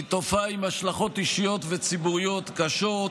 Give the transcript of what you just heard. היא תופעה עם השלכות אישיות וציבוריות קשות.